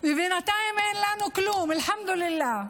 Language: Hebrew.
ובינתיים אין לנו כלום, אלחמדולילה.